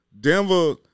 Denver